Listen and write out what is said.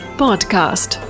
podcast